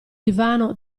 divano